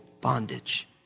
bondage